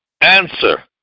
answer